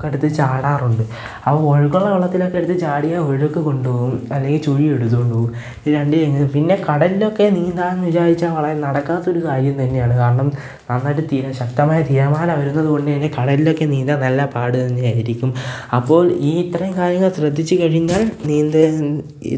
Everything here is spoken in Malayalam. ക്കെടുത്ത് ചാടാറുണ്ട് അപ്പോള് ഒഴുക്കുള്ള വെള്ളത്തിലൊക്കെ എടുത്ത് ചാടിയാൽ ഒഴുക്ക് കൊണ്ടുപോകും അല്ലേല് ചുഴിയെടുത്തു കൊണ്ടുപോകും ഈ രണ്ട് എങ്ങനെ പിന്നെ കടലിലൊക്കെ നീന്താമെന്ന് വിചാരിച്ചാൽ നടക്കാത്ത ഒരു കാര്യം തന്നെയാണ് കാരണം നന്നായിട്ട് തിര ശക്തമായ തിരമാല വരുന്നത് കൊണ്ടുതന്നെ കടലിലൊക്കെ നീന്താൻ നല്ല പാട് തന്നെ ആയിരിക്കും അപ്പോൾ ഈ ഇത്രയും കാര്യങ്ങൾ ശ്രദ്ധിച്ചുകഴിഞ്ഞാൽ നീന്തൽ